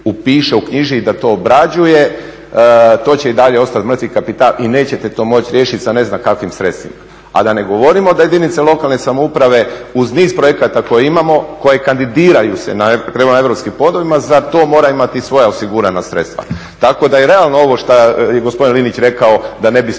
upiše, uknjiži i da to obrađuje to će i dalje ostati mrtvi kapital i nećete to moći riješiti sa ne znam kakvim sredstvima. A da ne govorimo da jedinice lokalne samouprave uz niz projekata koje imamo, koje kandidiraju se prema europskim podovima, za to moraju imati svoja osigurana sredstva. Tako da je realno ovo što je gospodin Linić rekao da ne bi smjelo